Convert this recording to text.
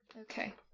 okay